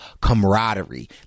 camaraderie